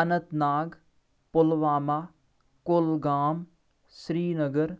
Anant Nag Pulwama Kulgam Srinagar